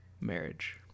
marriage